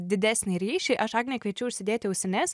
didesnį ryšį aš agne kviečia užsidėti ausines